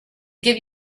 give